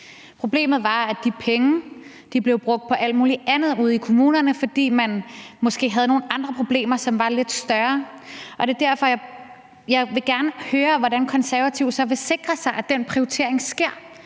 Problemet var, at de penge blev brugt på alt muligt andet ude i kommunerne, fordi man måske havde nogle andre problemer, som var lidt større. Det er derfor, jeg gerne vil høre, hvordan Konservative så vil sikre sig, at den prioritering sker.